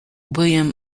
william